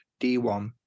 D1